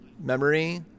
memory